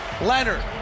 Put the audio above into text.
Leonard